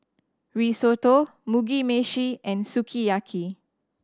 Risotto Mugi Meshi and Sukiyaki